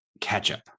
Ketchup